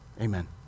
amen